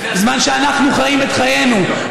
בזמן שאנחנו חיים את חיינו,